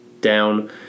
down